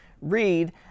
read